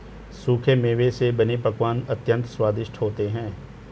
सूखे मेवे से बने पकवान अत्यंत स्वादिष्ट होते हैं